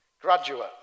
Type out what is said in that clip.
graduate